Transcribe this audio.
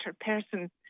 person